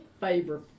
favor